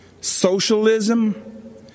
socialism